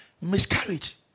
Miscarriage